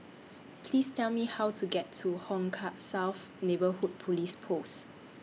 Please Tell Me How to get to Hong Kah South Neighbourhood Police Post